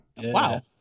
wow